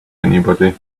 anybody